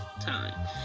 time